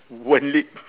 one leg